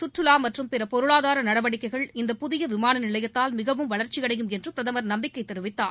சுற்றுலா மற்றும் பிற பொருளாதார நடவடிக்கைகள் இப்புதிய விமான நிலையத்தால் மிகவும் வளர்ச்சியடையும் என்று பிரதமர் நம்பிக்கை தெரிவித்தார்